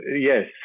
yes